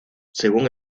según